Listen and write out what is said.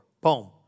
boom